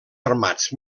armats